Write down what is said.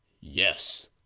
Yes